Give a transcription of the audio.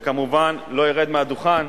וכמובן, לא ארד מהדוכן